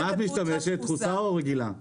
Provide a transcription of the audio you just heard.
את משתמשת בדחוסה או רגילה?